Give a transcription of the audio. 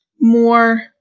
more